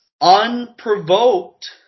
unprovoked